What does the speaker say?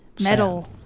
Metal